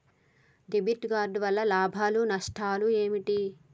Debit card వల్ల లాభాలు నష్టాలు ఏమిటి?